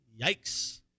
Yikes